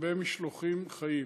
לגבי משלוחים חיים,